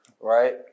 right